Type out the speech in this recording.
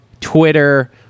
Twitter